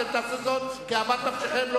אתם תעשו זאת כאוות נפשכם.